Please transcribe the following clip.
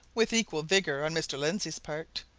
with equal vigour on mr. lindsey's part.